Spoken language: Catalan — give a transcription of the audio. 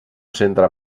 centre